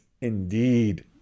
indeed